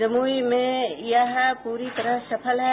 जमुई में यह पूरी तरह सफल है